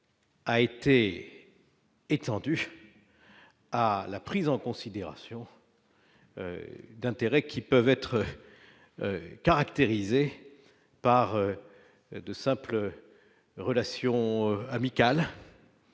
A été étendue à la prise en considération d'intérêts qui peuvent être caractérisées par de simples relations amicales